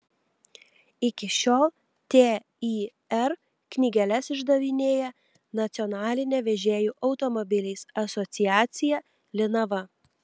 iki šiol tir knygeles išdavinėja nacionalinė vežėjų automobiliais asociacija linava